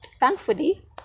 thankfully